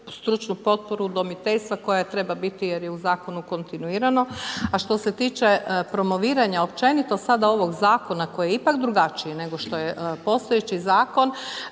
stručnu potporu udomiteljstva koja treba biti jer je u zakonu kontinuirano, a što se tiče promoviranja općenito sada ovog zakona koji je ipak drugačiji nego što je postojeći zakon,